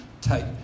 take